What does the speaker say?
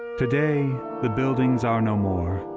today the buildings are no more,